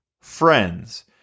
friends